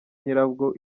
nyirabwo